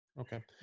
Okay